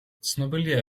ცნობილია